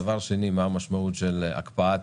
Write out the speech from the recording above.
דבר שני, מה המשמעות של הקפאת